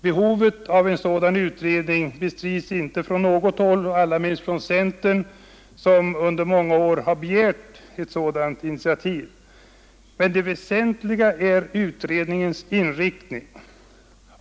Behovet av en sådan utredning bestrids inte från något håll, allra minst från centern, som under flera år begärt ett sådant initiativ. Men det väsentliga är utredningens inriktning.